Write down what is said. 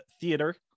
theater